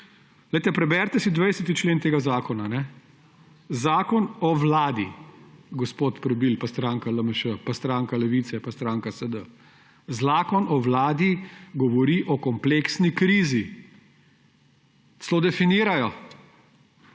Preberite si 20. člen tega zakona. Zakon o vladi, gospod Prebil pa stranka LMŠ, pa stranka Levice, pa stranka SD. Zakon o vladi govori o kompleksni krizi. Celo definira jo.